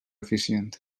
eficient